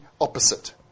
opposite